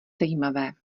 zajímavé